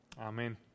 Amen